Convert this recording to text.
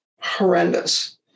horrendous